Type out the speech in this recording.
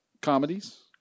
comedies